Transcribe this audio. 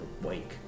wake